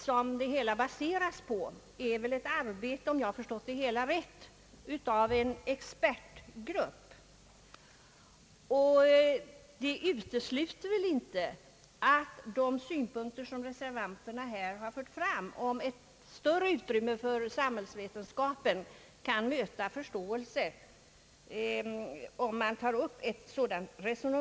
Jag är glad att statsrådet Palme underströk att vi i sak egentligen är ganska överens om att det föreligger en överbetoning av den tekniska sidan och att samhällsvetenskapen bör ges ett större utrymme.